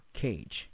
cage